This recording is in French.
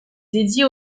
dédiée